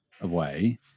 away